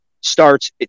starts